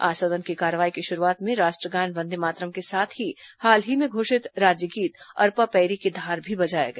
आज सदन की कार्रवाई की शुरूआत में राष्ट्रगान वंदे मातरम् के साथ ही हाल ही में घोषित राज्य गीत अरपा पइरी के धार भी बजाया गया